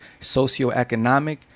socioeconomic